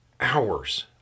hours